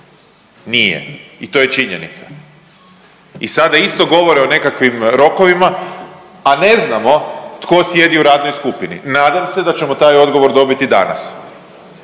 nije i to je činjenica. I sada govore o nekakvim rokovima, a ne znamo tko sjedi u radnoj skupini. Nadam se da ćemo taj odgovor dobiti danas.